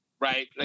right